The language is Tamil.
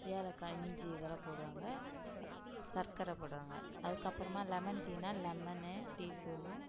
ஏலக்காய் இஞ்சி இதெல்லாம் போடுவாங்க சர்க்கரை போடுவாங்க அதுக்கப்புறமா லெமன் டீனால் லெமனு டீ தூள்